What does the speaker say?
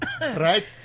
Right